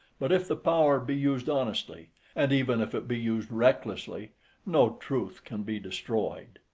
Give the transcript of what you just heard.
but if the power be used honestly and even if it be used recklessly no truth can be destroyed.